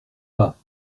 pas